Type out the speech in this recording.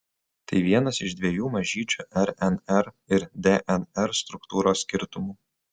tai vienas iš dviejų mažyčių rnr ir dnr struktūros skirtumų